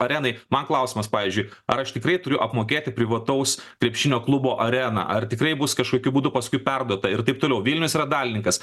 arenai man klausimas pavyzdžiui ar aš tikrai turiu apmokėti privataus krepšinio klubo areną ar tikrai bus kažkokiu būdu paskui perduota ir taip toliau vilnius yra dalininkas